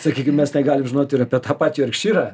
sakykim mes negalim žinot ir apie tą patį jorkšyrą